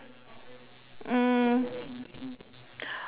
mm